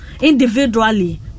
individually